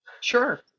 Sure